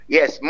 Yes